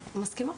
בסדר, מסכימות.